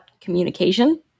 communication